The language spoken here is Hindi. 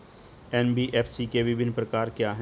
एन.बी.एफ.सी के विभिन्न प्रकार क्या हैं?